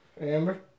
Amber